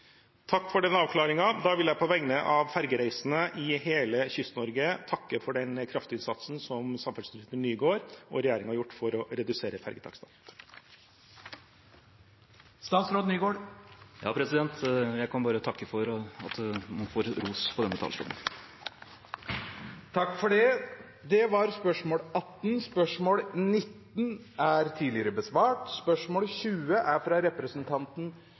Takk for den avklaringen. Da vil jeg på vegne av fergereisende i hele Kyst-Norge takke for den kraftinnsatsen som samferdselsminister Nygård og regjeringen har gjort for å redusere fergetakstene. Jeg kan bare takke for at man får ros på denne talerstolen. Spørsmål 19 er besvart tidligere. Dette spørsmålet bortfaller, da spørreren ikke er til stede, så vidt presidenten kan se. Det er